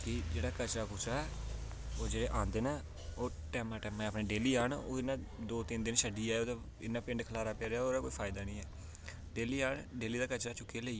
भी जेह्ड़ा कचरा ऐ ओह् जेह्ड़े आंदे न ओह् टैमें टैमें दे औन दौ तीन छड्डियै इन्ना पिंड खलारा पेदा ओह् कोई निं ऐ डेली औन ते डेली दा कचरा चुक्कियै लेई जान